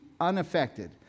unaffected